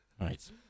Right